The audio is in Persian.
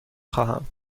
خواهم